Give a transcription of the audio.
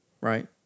right